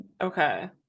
Okay